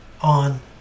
on